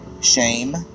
shame